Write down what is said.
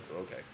Okay